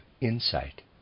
insight